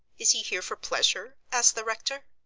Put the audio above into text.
is he here for pleasure? asked the rector.